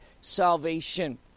salvation